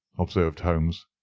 observed holmes.